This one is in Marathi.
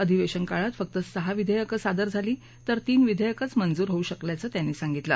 अधिवेशन काळात फक्त सहा विधेयकं सादर झाली तर तीन विधेयकंच मंजूर होऊ शकल्याचं त्यांनी सांगितलं